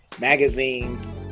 magazines